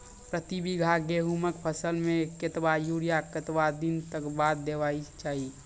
प्रति बीघा गेहूँमक फसल मे कतबा यूरिया कतवा दिनऽक बाद देवाक चाही?